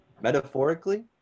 Metaphorically